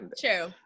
True